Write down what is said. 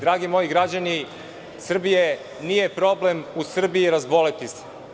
Dragi moji građani Srbije nije problem u Srbiji razboleti se.